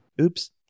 oops